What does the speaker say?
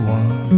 one